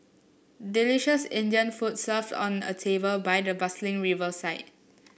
delicious Indian food served on a table by the bustling riverside